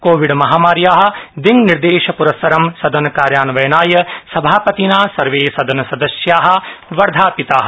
Covid महामार्या दिइनिर्देशप्रस्सरं सदनस्य कार्यान्वयनाय सभापतिना सर्वे सदन सदस्या वर्धापिता